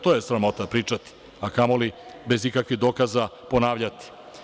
To je sramota pričati, a kamoli bez ikakvih dokaza ponavljati.